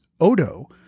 Odo